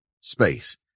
space